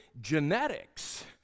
genetics